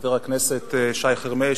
חבר הכנסת שי חרמש,